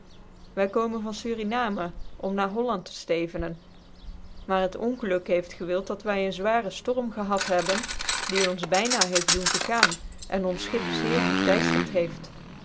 wy komen van surinamcn om na holland te ftcvencn maar het ongeluk heeft gewild dat wy een zwaare itorm gehad hebben die ons by na heeft doen verj aan cn ons schip zeer getcitftert heeft